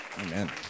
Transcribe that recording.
Amen